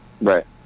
Right